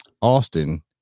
Austin